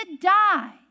die